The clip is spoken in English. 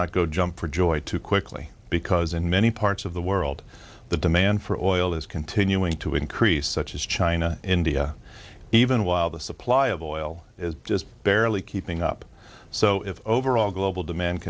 not go jump for joy too quickly because in many parts of the world the demand for oil is continuing to increase such as china india even while the supply of oil is just barely keeping up so if overall global demand